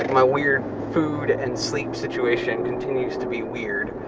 my weird food and sleep situation continues to be weird.